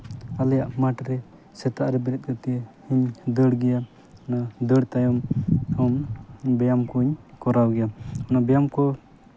ᱟᱞᱮᱭᱟᱜ ᱢᱟᱴᱷᱨᱮ ᱥᱮᱛᱟᱜ ᱨᱮ ᱵᱮᱨᱮᱫ ᱠᱟᱛᱮ ᱤᱧ ᱫᱟᱹᱲ ᱜᱮᱭᱟ ᱱᱚᱣᱟ ᱫᱟᱹᱲ ᱛᱟᱭᱚᱢ ᱵᱮᱭᱟᱢ ᱠᱚᱧ ᱠᱚᱨᱟᱣ ᱜᱮᱭᱟ ᱱᱚᱣᱟ ᱵᱮᱭᱟᱢ ᱠᱚ